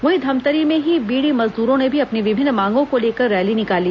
वहीं धमतरी में ही बीड़ी मजदूरों ने भी अपनी विभिन्न मांगों को लेकर रैली निकाली